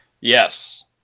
Yes